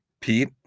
Pete